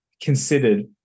considered